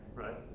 Right